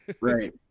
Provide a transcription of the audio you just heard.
Right